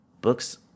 books